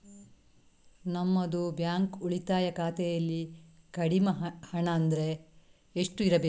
ನಮ್ಮದು ಬ್ಯಾಂಕ್ ಉಳಿತಾಯ ಖಾತೆಯಲ್ಲಿ ಕಡಿಮೆ ಹಣ ಅಂದ್ರೆ ಎಷ್ಟು ಇರಬೇಕು?